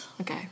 Okay